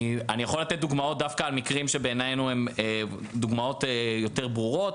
אני יכול לתת דוגמאות דווקא על מקרים שבעינינו הן דוגמאות יותר ברורות.